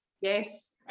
Yes